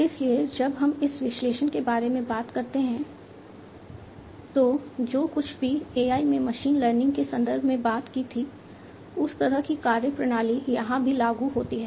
इसलिए जब हम इस विश्लेषण के बारे में बात करते हैं तो जो कुछ भी AI में मशीन लर्निंग के संदर्भ में बात की थी उस तरह की कार्यप्रणाली यहां भी लागू होती है